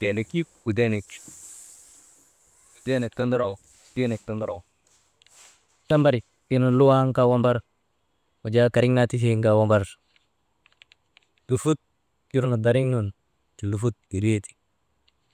«hesitation» tambari irnu luwan kaa wambar karik naa tifin kaa wambar lufut irnu dariŋ nun lufut wirii ti.